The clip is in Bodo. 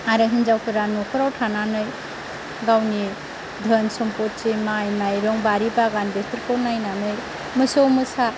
आरो हिनजावफोरा न'खराव थानानै गावनि धोन सम्पति माइ माइरं बारि बागान बेफोरखौ नायनानै मोसौ मोसा